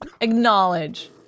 acknowledge